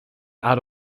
out